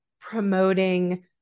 promoting